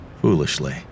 Foolishly